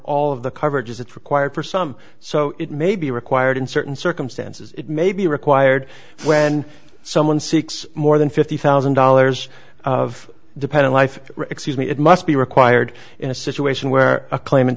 all of the coverages it's required for some so it may be required in certain circumstances it may be required when someone seeks more than fifty thousand dollars of dependent life excuse me it must be required in a situation where a claim